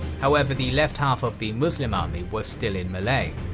however, the left half of the muslim army was still in melee.